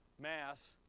mass